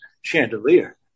chandelier